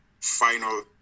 final